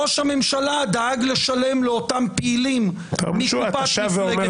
ראש הממשלה דאג לשלם לאותם פעילים מקופת מפלגת הליכוד.